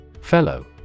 Fellow